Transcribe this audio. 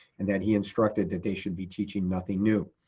and that he instructed that they should be teaching nothing new.